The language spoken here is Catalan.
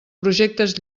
projectes